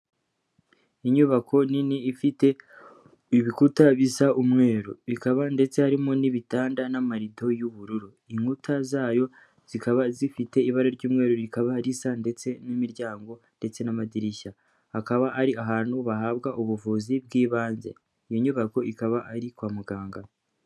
Inyubako nini ifite ibikuta bisa umweru bikaba ndetse harimo n'ibitanda n'amarido y'ubururu, inkuta zayo zikaba zifite ibara ry'umweru rikaba risa ndetse n'imiryango ndetse n'amadirishya. Hakaba hari abantu bahabwa ubuvuzi bw'ibanze iyo nyubako ikaba iri kwamuganga.